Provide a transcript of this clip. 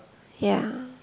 ya